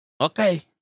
Okay